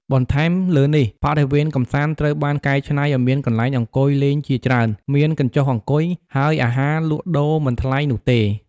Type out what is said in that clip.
បន្ថែមលើនេះ បរិវេណកម្សាន្តត្រូវបានកែច្នៃឲ្យមានកន្លែងអង្គុយលេងជាច្រើន មានកញ្ចុះអង្គុយ ហើយអាហារលក់ដូរមិនថ្លៃនោះទេ។